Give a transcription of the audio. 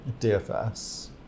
DFS